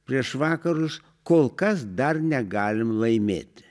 prieš vakarus kol kas dar negalim laimėti